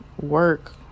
work